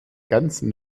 ganzen